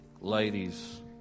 ladies